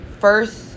first